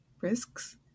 Risks